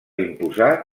imposar